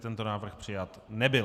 Tento návrh přijat nebyl.